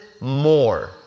more